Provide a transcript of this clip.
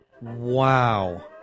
wow